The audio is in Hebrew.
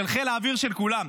של חיל האוויר של כולם,